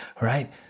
right